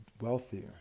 Wealthier